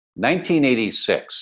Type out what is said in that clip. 1986